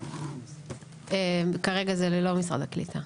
מחרתיים, כרגע זה ללא משרד הקליטה.